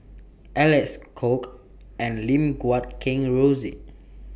Alec Kuok and Lim Guat Kheng Rosie